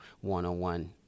one-on-one